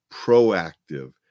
proactive